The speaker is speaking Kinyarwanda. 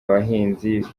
abahinzi